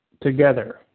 together